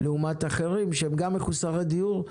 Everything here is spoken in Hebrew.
זה לעומת אחרים שהם גם מחוסרי דיור,